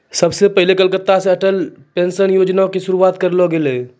सभ से पहिले कलकत्ता से अटल पेंशन योजना के शुरुआत करलो गेलै